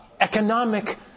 economic